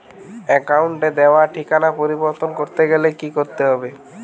অ্যাকাউন্টে দেওয়া ঠিকানা পরিবর্তন করতে গেলে কি করতে হবে?